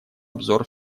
обзор